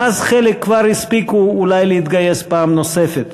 מאז חלק כבר הספיקו אולי להתגייס פעם נוספת.